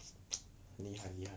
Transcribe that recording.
你很厉害